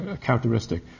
characteristic